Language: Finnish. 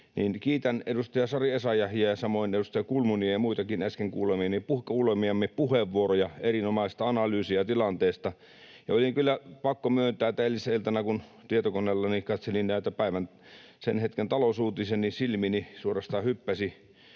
Kiitän edustaja Sari Essayahia ja samoin edustaja Kulmunia ja muitakin äsken kuulemiamme puheenvuoroja — erinomaista analyysia tilanteesta. On kyllä pakko myöntää, että eilissä iltana kun tietokoneellani katselin päivän, sen hetken talousuutisia, niin silmiini suorastaan hyppäsi